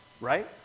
right